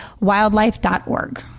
wildlife.org